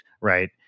right